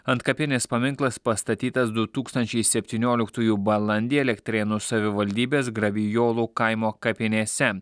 antkapinis paminklas pastatytas du tūkstančiai septynioliktųjų balandį elektrėnų savivaldybės grabijolų kaimo kapinėse